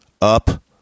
up